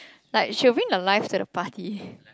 like she will bring a life to the party